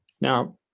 Now